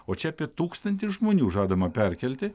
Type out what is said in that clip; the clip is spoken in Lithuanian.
o čia apie tūkstantį žmonių žadama perkelti